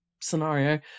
scenario